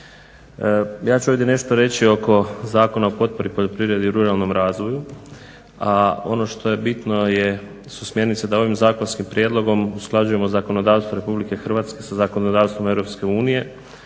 Ja ću ovdje nešto reći oko Zakona o potpori poljoprivredi i ruralnom razvoju a ono što je bitno su smjernice da ovim zakonskim prijedlogom usklađujemo zakonodavstvo RH sa zakonodavstvom EU